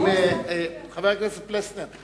חבר הכנסת פלסנר,